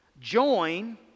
join